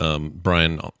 Brian